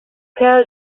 kerl